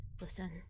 Listen